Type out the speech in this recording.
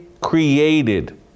created